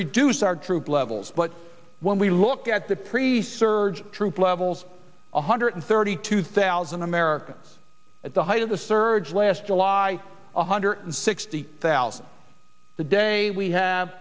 reduce our troop levels but when we look at the pre surgery troop levels one hundred thirty two thousand americans at the height of the surge last july one hundred sixty thousand a day we have